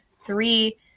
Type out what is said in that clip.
three